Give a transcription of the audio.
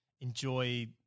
enjoy